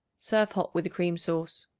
serve hot with a cream sauce.